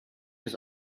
his